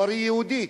הוא הרי יהודי.